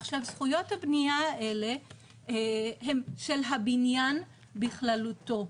עכשיו, זכויות הבנייה האלה הם של הבניין בכללותו.